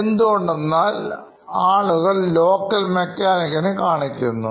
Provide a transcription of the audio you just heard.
എന്തുകൊണ്ടെന്നാൽ ആളുകൾ ലോക്കൽ മെക്കാനിക്കിനെ കാണിക്കുന്നു